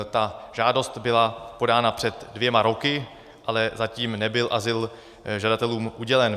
Ta žádost byla podána před dvěma roky, ale zatím nebyl azyl žadatelům udělen.